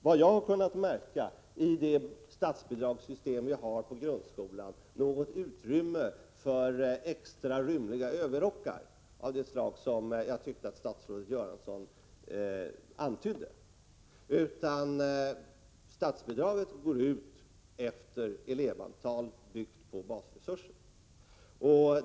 Vad jag har kunnat märka finns inte i det statsbidragssystem vi har för grundskolan något utrymme för extra rymliga ”överrockar”, vilket jag tyckte att statsrådet Göransson antydde. Statsbidraget går ut efter elevantal och är byggt på basresurser.